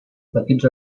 petits